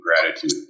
gratitude